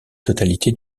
totalité